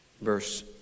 verse